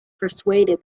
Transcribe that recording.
persuaded